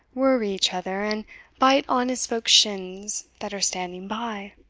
worry each other, and bite honest folk's shins that are standing by?